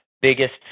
biggest